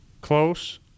close